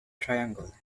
triangle